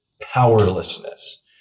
powerlessness